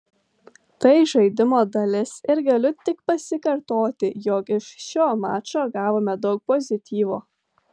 tai žaidimo dalis ir galiu tik pasikartoti jog iš šio mačo gavome daug pozityvo